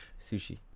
sushi